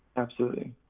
absolutely,